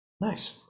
nice